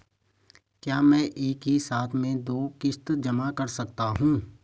क्या मैं एक ही साथ में दो किश्त जमा कर सकता हूँ?